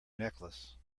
necklace